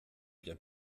bien